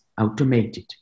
automated